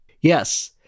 yes